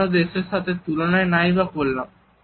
অন্যান্য দেশের সাথে তুলনা নাই বা করলাম